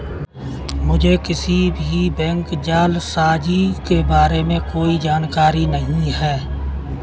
मुझें किसी भी बैंक जालसाजी के बारें में कोई जानकारी नहीं है